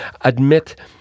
admit